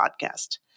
podcast